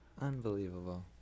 Unbelievable